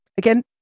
Again